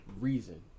reason